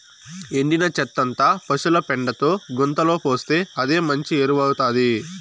ఎండిన చెత్తంతా పశుల పెండతో గుంతలో పోస్తే అదే మంచి ఎరువౌతాది